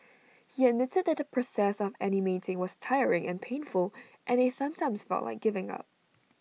he admitted that the process of animating was tiring and painful and they sometimes felt like giving up